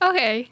Okay